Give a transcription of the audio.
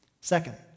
Second